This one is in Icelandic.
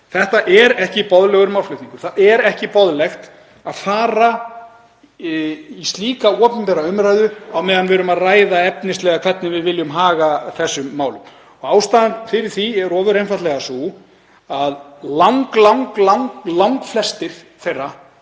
Þetta er ekki boðlegur málflutningur. Það er ekki boðlegt að fara í slíka opinbera umræðu á meðan við erum að ræða efnislega hvernig við viljum haga þessum málum. Ástæðan fyrir því er ofureinfaldlega sú að langflestir sem